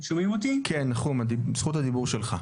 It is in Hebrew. כן, נחום, זכות הדיבור שלך.